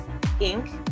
Inc